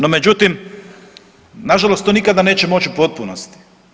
No međutim, na žalost to nikada neće moći u potpunosti.